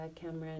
Cameron